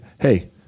Hey